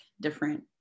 different